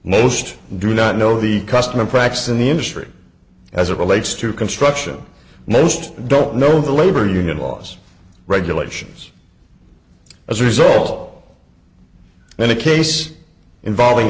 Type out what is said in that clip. most do not know the custom and practice in the industry as it relates to construction most don't know the labor union laws regulations as a result in a case involving